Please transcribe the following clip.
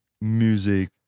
Music